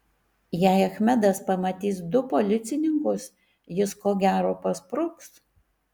jei achmedas pamatys du policininkus jis ko gero paspruks